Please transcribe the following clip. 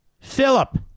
Philip